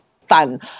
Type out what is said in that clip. fun